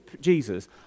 Jesus